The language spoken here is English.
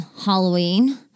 Halloween